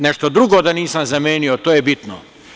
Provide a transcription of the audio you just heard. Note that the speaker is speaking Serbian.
Nešto drugo da nisam zamenio, to je bitno.